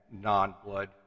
non-blood